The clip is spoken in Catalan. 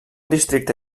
districte